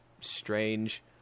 strange